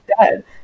dead